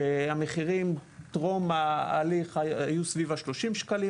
שהמחירים טרום ההליך היו סביב ה-30 שקלים,